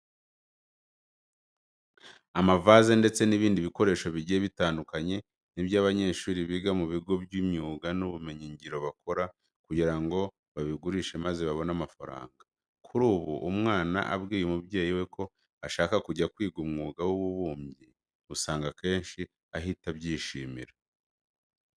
Amavaze ndetse n'ibindi bikoresho bigiye bitandukanye ni byo abanyeshuri biga mu bigo by'imyuga n'ubumenyingiro bakora kugira ngo babigurishe maze babone amafaranga. Kuri ubu, iyo umwana abwiye umubyeyi we ko ashaka kujya kwiga umwuga w'ububumbyi usanga akenshi ahita abyishimira.